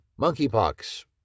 monkeypox